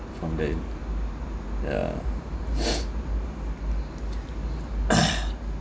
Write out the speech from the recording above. from there and yeah